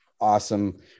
awesome